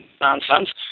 nonsense